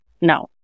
No